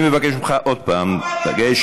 אני מבקש ממך עוד פעם לגשת,